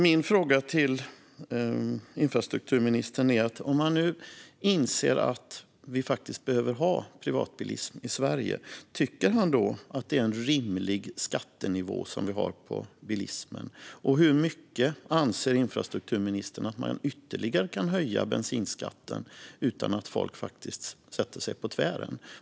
Min fråga till infrastrukturministern är: Om han nu inser att vi faktiskt behöver ha privatbilism i Sverige, tycker han då att vi har en rimlig skattenivå på bilismen? Och hur mycket ytterligare anser han att man kan höja bensinskatten utan att folk faktiskt sätter sig på tvären?